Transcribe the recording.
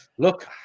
Look